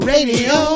Radio